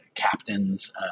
captains